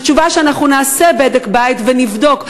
זאת תשובה שאנחנו נעשה בדק-בית ונבדוק.